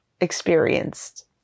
experienced